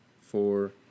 four